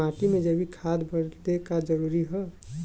माटी में जैविक खाद बदे का का जरूरी ह?